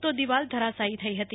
તો દીવાલ ધરાશાયી થઇ હતી